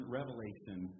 revelation